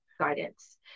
guidance